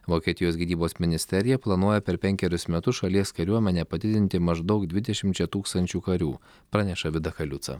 vokietijos gynybos ministerija planuoja per penkerius metus šalies kariuomenę padidinti maždaug dvidešimčia tūkstančių karių praneša vida kaliuca